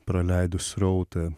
praleidus srautą